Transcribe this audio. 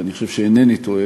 ואני חושב שאינני טועה,